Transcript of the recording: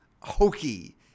hokey